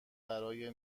برای